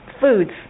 foods